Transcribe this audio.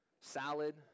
salad